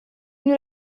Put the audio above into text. nous